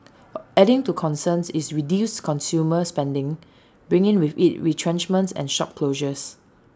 adding to concerns is reduced consumer spending bringing with IT retrenchments and shop closures